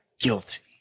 guilty